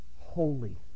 holy